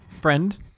Friend